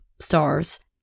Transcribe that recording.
stars